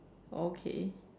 okay